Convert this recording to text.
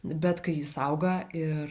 bet kai jis auga ir